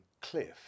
Cliff